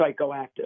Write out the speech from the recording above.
psychoactive